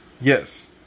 Yes